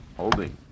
holding